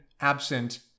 absent